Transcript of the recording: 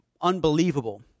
unbelievable